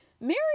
Mary